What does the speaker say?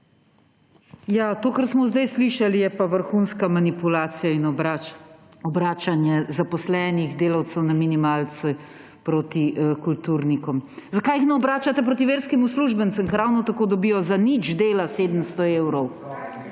To, kar smo zdaj slišali, je pa vrhunska manipulacija in obračanje zaposlenih delavcev na minimalcu proti kulturnikom. Zakaj jih ne obračate proti verskim uslužbencem, ki ravno tako dobijo za nič dela 700 evrov?